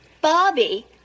Bobby